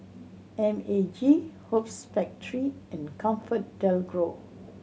M A G Hoops Factory and ComfortDelGro